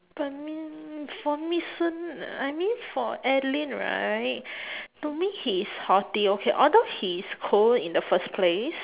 but I mean for me I mean for alyn right to me he is haughty okay although he is cold in the first place